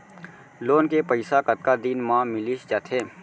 Loan के पइसा कतका दिन मा मिलिस जाथे?